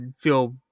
feel